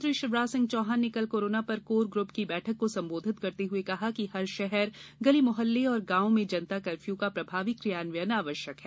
मुख्यमंत्री शिवराज सिंह चौहान ने कल कोरोना पर कोर ग्रुप की बैठक को संबोधित करते हुए कहा कि हर शहर गली मोहल्ले और गाँव में जनता कर्फ्यू का प्रभावी क्रियान्वयन आवश्यक है